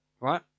Right